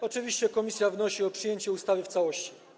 Oczywiście komisja wnosi o przyjęcie ustawy w całości.